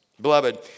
Beloved